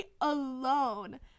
alone